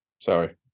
sorry